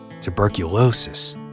Tuberculosis